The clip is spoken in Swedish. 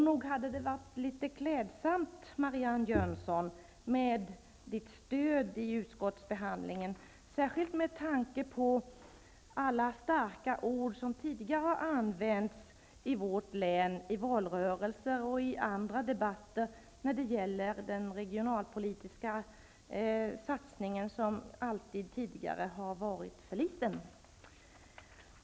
Nog hade det varit litet klädsamt med Marianne Jönssons stöd i utskottsbehandlingen, särskilt med tanke på alla starka ord som tidigare har använts i vårt län, i valrörelser och i andra debatter, när det gällt den regionalpolitiska satsningen, som alltid tidigare har varit för liten.